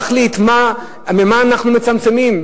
להחליט במה אנחנו מצמצמים,